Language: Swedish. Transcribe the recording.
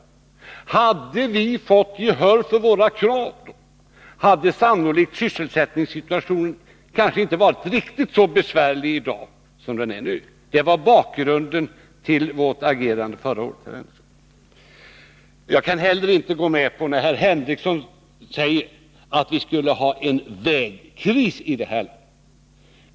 Hade vi fått gehör för våra krav, så skulle sysselsättningssituationen kanske inte ha varit riktigt så besvärlig i dag som den är. Det var bakgrunden till vårt agerande förra året. Jag kaniinte heller gå med på det som herr Henricsson säger, att vi skulle ha en vägkris i det här landet.